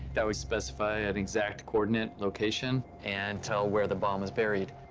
that would specify an exact coordinate location and tell where the bomb was buried.